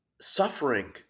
suffering